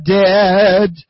dead